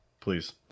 Please